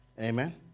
Amen